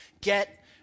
Get